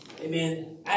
Amen